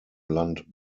land